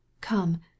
Come